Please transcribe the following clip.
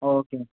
okay